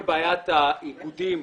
כל בעיית האיגודים,